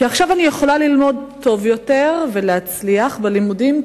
כי עכשיו אני יכולה ללמוד טוב יותר ולהצליח בלימודים,